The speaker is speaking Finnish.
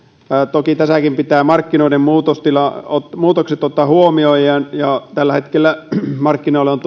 toki tässäkin pitää markkinoiden muutokset ottaa huomioon tällä hetkellä markkinoille on